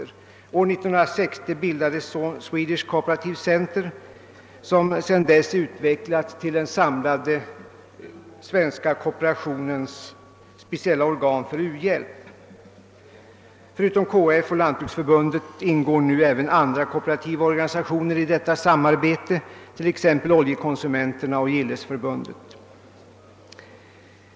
År 1960 bildades Swedish Cooperative Centre, som sedan dess utvecklats till den samlade svenska kooperationens speciella organ för u-hjälp. Förutom KF och Lantbruksförbundet ingår nu även andra kooperativa organisationer i detta samarbete, t.ex. Oljekonsumenterna och Gillesförbundet.